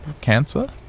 cancer